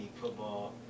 football